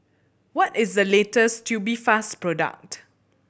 what is the latest Tubifast product